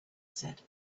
said